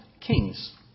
kings